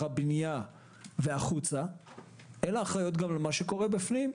הבנייה והחוצה אלא אחראיות גם על מה שקורה בפנים.